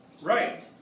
Right